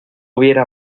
hubiera